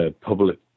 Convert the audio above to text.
public